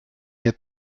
wir